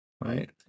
right